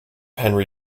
henry